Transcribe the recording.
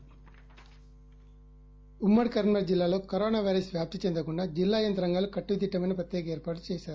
sound bite ఉమ్మడి కరీంనగర్ జిల్లాలో corona virus వ్యాప్తి చెందకుండా జిల్లా యంత్రాంగాలు కట్టుదిట్టమైన ప్రత్యేక ఎర్పాట్లు చేశారు